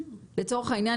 לצורך העניין,